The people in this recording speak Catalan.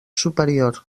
superior